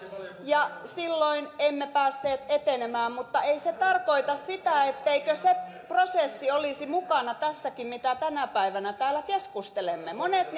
ja silloin emme päässeet etenemään mutta ei se tarkoita sitä etteikö se prosessi olisi mukana tässäkin mistä tänä päivänä täällä keskustelemme monet